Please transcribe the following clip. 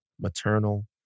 maternal